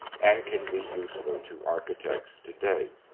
and can be useful to architects today.